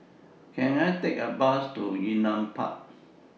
Can I Take A Bus to Yunnan Park